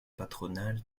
patronales